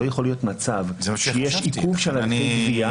לא יכול להיות מצב שיש עיכוב של הגבייה.